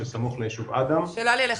שסמוך ליישוב אדם --- שאלה לי אליך,